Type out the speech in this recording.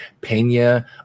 Pena